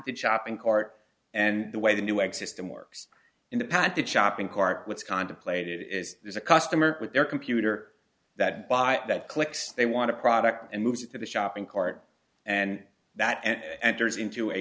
the shopping cart and the way the new egg system works in the patented shopping cart what's contemplated is there's a customer with their computer that buy that clicks they want to product and moves it to the shopping cart and that enters into a